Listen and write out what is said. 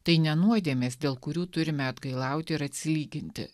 tai ne nuodėmės dėl kurių turime atgailauti ir atsilyginti